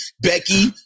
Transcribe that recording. Becky